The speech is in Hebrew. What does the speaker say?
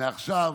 מעכשיו,